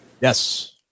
Yes